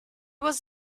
was